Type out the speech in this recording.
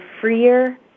freer